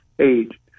age